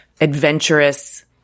adventurous